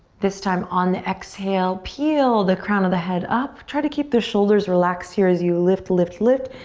this time on the exhale, peel the crown of the head up. try to keep the shoulders relaxed here as you lift, lift, lift,